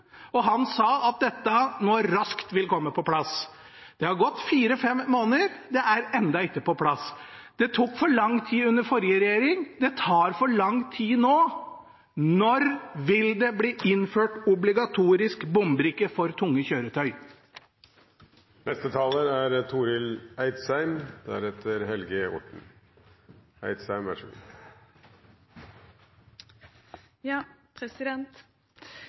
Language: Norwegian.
og han sa at dette nå raskt ville komme på plass. Det har gått fire–fem måneder, og det er ennå ikke på plass. Det tok for lang tid under forrige regjering, og det tar for lang tid nå. Når vil det bli innført obligatorisk bombrikke for tunge